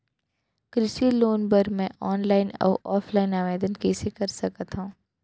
कृषि लोन बर मैं ऑनलाइन अऊ ऑफलाइन आवेदन कइसे कर सकथव?